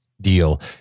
deal